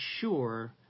sure